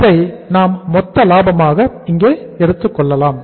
இதை நாம் மொத்த லாபமாக இங்கே எடுத்துக் கொள்ளலாம்